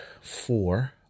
four